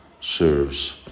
serves